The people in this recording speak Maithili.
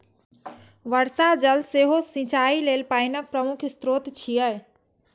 वर्षा जल सेहो सिंचाइ लेल पानिक प्रमुख स्रोत छियै